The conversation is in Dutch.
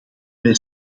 wij